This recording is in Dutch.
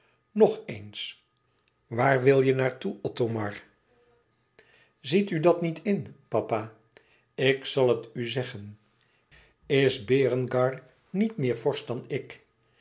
nog eens waar wil je naar toe othomar ziet u dat niet in papa ik zal het u zeggen is berengar niet meer vorst dan ik